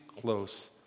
close